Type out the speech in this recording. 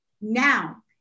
Now